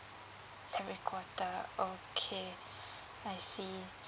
every quarter okay I see